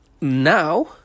now